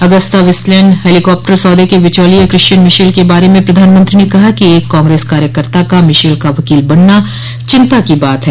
Agusta Westland helicopter सौदे के बिचौलिए क्रिश्चियन मिशेल के बारे में प्रधानमंत्री ने कहा कि एक कांग्रेस कार्यकर्ता का मिशेल का वकोल बनना चिंता की बात है